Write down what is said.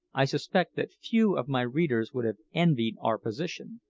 i suspect that few of my readers would have envied our position.